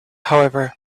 however